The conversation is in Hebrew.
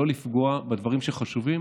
לא לפגוע בדברים שחשובים,